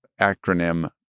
acronym